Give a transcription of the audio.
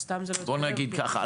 סליחה.